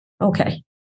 okay